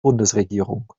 bundesregierung